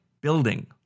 building